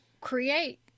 create